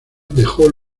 dejó